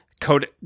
code